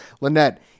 Lynette